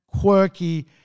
quirky